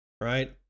right